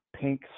pink